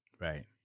Right